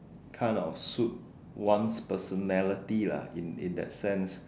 kind of suit one's personality lah in that sense